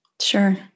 Sure